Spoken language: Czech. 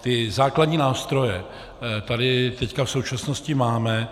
Ty základní nástroje tady teď v současnosti máme.